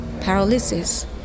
paralysis